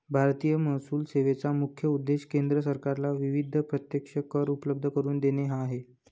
भारतीय महसूल सेवेचा मुख्य उद्देश केंद्र सरकारला विविध प्रत्यक्ष कर उपलब्ध करून देणे हा आहे